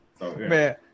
man